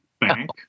bank